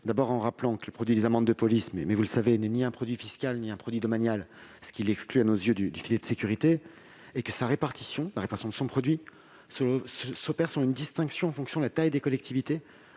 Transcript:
D'abord, je rappelle que le produit des amendes de police, vous le savez, n'est ni un produit fiscal ni un produit domanial, ce qui l'exclut à nos yeux du filet de sécurité. Ensuite, la répartition de ce produit s'opère en faisant une distinction en fonction de la taille des collectivités,